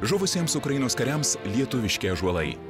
žuvusiems ukrainos kariams lietuviški ąžuolai